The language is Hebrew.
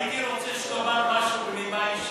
הייתי רוצה שתאמר משהו בנימה אישית.